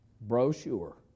brochure